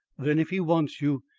then if he wants you,